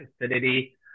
acidity